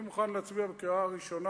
אני מוכן להצביע בקריאה ראשונה,